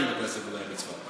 שניים מבתי הספר היו בצפת,